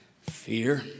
Fear